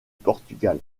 portugal